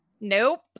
Nope